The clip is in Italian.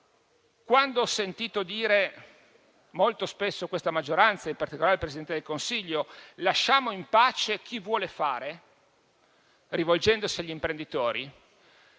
Quando ho sentito dire - è accaduto molto spesso - da questa maggioranza e in particolare dal Presidente del Consiglio di lasciare in pace chi vuol fare, rivolgendosi agli imprenditori,